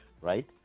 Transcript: right